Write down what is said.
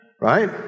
Right